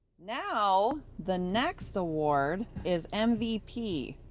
now the next award is mvp.